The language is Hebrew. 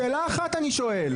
שאלה אחת אני שואל.